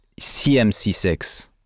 CMC6